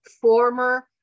former